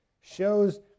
shows